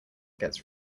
gets